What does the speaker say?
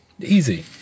easy